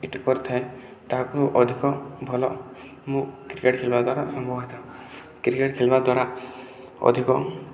ଏଇଟା କରିଥାଏ ତାହାକୁ ଅଧିକ ଭଲ ମୁଁ କ୍ରିକେଟ ଖେଳିବା ଦ୍ଵାରା ସମ୍ଭବ ହୋଇଥାଏ କ୍ରିକେଟ ଖେଳିବା ଦ୍ଵାରା ଅଧିକ